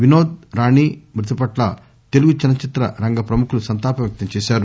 వినోద్ రాణి మృతి పట్ల తెలుగు చలనచిత్ర రంగ ప్రముఖులు సంతాపం వ్యక్తం చేశారు